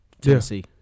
Tennessee